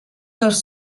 dels